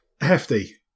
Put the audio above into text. hefty